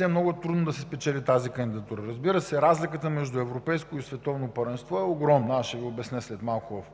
е много трудно да се спечели тази кандидатура. Разбира се, разликата между европейско и световно първенство е огромна – аз ще Ви обясня след малко в